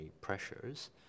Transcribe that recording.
pressures